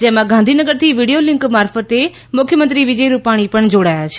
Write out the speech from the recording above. જેમાં ગાંધીનગરથી video link મારફતે મુખ્યમંત્રી વિજય રૂપાણી પણ જોડાયા છે